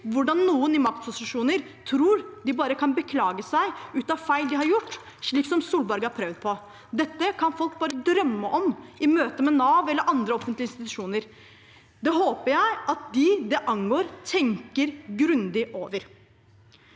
hvordan noen i maktposisjoner tror de bare kan beklage seg ut av feil de har gjort, slik Solberg har prøvd på. Dette kan folk bare drømme om i møte med Nav eller andre offentlige institusjoner. Det håper jeg at de det angår, tenker grundig over.